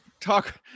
Talk